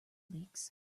leaks